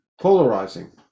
polarizing